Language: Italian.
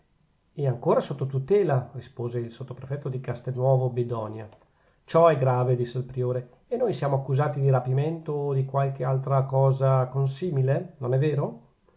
e ancora sotto tutela rispose il sottoprefetto di castelnuovo bedonia ciò è grave disse il priore e noi siamo accusati di rapimento o di qualche altra cosa consimile non è vero